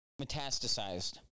metastasized